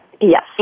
Yes